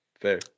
Fair